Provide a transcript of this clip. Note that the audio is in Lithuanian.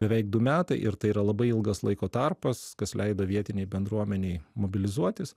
beveik du metai ir tai yra labai ilgas laiko tarpas kas leido vietinei bendruomenei mobilizuotis